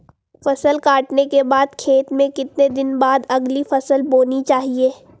फसल काटने के बाद खेत में कितने दिन बाद अगली फसल बोनी चाहिये?